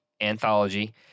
anthology